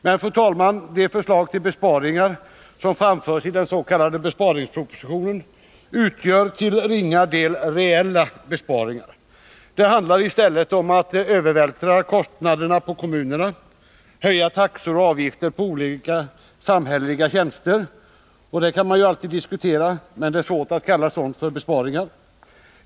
Men, fru talman, de förslag till besparingar som framförs i den s.k. sparpropositionen utgör till ringa del reella besparingar. Det handlar i stället om att övervältra kostnader på kommunerna, höja taxor och avgifter på olika samhälleliga tjänster, och det kan man ju alltid diskutera, men det är svårt att kalla sådant för besparingar.